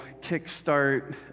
kickstart